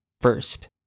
first